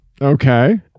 Okay